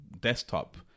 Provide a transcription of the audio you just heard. desktop